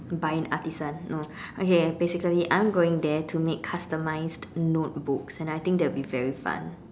Bynd-Artisan no okay basically I'm going there to make customized notebooks and I think that'll be very fun